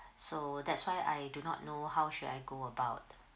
so that's why I do not know how should I go about